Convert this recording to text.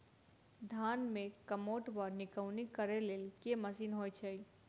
धान मे कमोट वा निकौनी करै लेल केँ मशीन होइ छै?